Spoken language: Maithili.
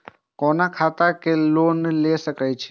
कोन खाता में लोन ले सके छिये?